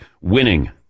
winning